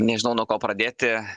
nežinau nuo ko pradėti